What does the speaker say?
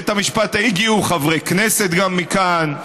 והגיעו אליו גם חברי כנסת מכאן,